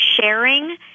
sharing